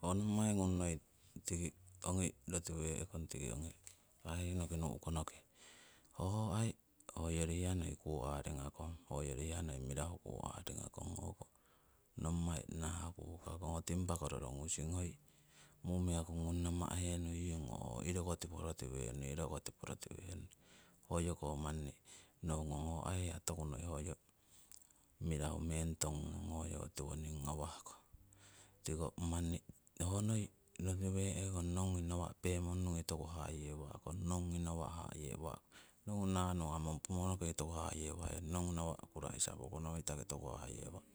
Ho nommai ngung noi tiki ongi rotiwe'kong tiki ongi kahih noki nu'konoki hoho aii hoyori hiya noi ku aringakong, hoyori hiya noi mirahu kuu aringakong, hoyori hiya noi mirahu kuu aringakong. Ho nommai nahah kukakong, ho timpako rorogusing hoi mumiakungung nam'ahenuiyong iroko tipo rotiwering, iroko tipo rotiwering. Hoyoko manni nohu ngong ho aii hiya toku noi hoyo mirahu meng tongung hoyo tiwoning ngawah ko. Tiko manni ho noi rotiwe'kong nongu nawa' pemon'ungi toku hayewa'kong, nongui nawa' hayewa'kong. Nongu nawa' nungamong pomorongi toku hayewa'kong, nongu nawa' kuraisa pokonoitaki toku hayewakong.